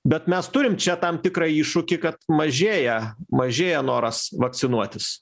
bet mes turim čia tam tikrą iššūkį kad mažėja mažėja noras vakcinuotis